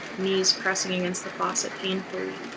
knees pressing against the faucet painfully,